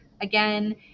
again